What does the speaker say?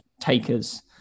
taker's